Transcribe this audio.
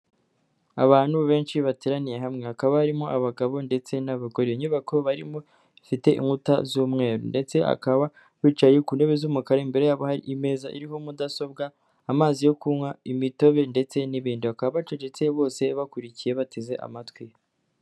Abantu benshi bateraniye hamwe, hakaba harimo abagabo ndetse n'abagore, inyubako barimo i zifite inkuta z'umweru ndetse bakaba bicaye ku ntebe z'umukara, imbere yabo imeza iriho mudasobwa, amazi yo kunywa, imitobe ndetse n'ibindi, bakaba bacecetse bose bakurikiye bateze amatwi.